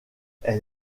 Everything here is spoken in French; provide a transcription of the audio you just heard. elle